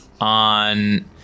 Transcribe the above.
on